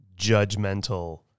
judgmental